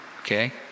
okay